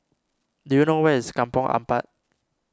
do you know where is Kampong Ampat